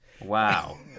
Wow